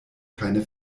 keine